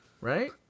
right